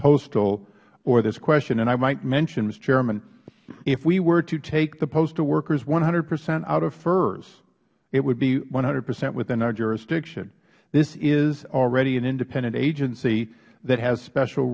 postal or this question and i might mention mister chairman if we were to take the postal workers one hundred percent out of firs it would be one hundred percent within our jurisdiction this is already an independent agency that has special